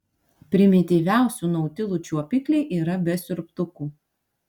primityviausių nautilų čiuopikliai yra be siurbtukų